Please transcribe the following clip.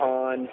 on